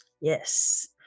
Yes